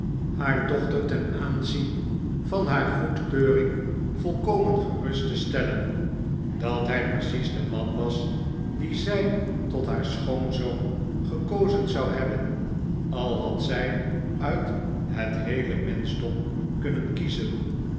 haar dochter ten aanzien van haar goedkeuring volkomen gerust te stellen dat hij precies de man was dien zij tot haar schoonzoon gekozen zou hebben al had zij uit het heele menschdom kunnen kiezen